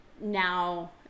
now